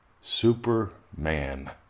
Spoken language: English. Superman